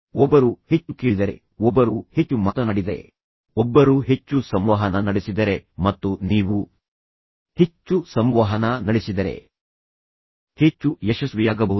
ಒಬ್ಬರು ಹೆಚ್ಚು ಕೇಳಿದರೆ ಒಬ್ಬರು ಹೆಚ್ಚು ಮಾತನಾಡಿದರೆ ಒಬ್ಬರು ಹೆಚ್ಚು ಸಂವಹನ ನಡೆಸಿದರೆ ಮತ್ತು ನೀವು ಹೆಚ್ಚು ಸಂವಹನ ನಡೆಸಿದರೆ ಹೆಚ್ಚು ಯಶಸ್ವಿಯಾಗಬಹುದು